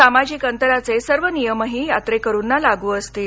सामाजिक अंतराचे सर्व नियमही यात्रेकरूना लागू असतील